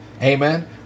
Amen